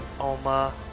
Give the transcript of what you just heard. Oma